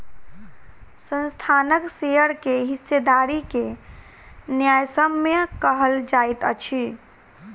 संस्थानक शेयर के हिस्सेदारी के न्यायसम्य कहल जाइत अछि